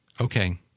Okay